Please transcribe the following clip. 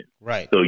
Right